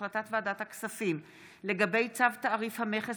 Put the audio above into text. החלטת ועדת הכספים בדבר צו תעריף המכס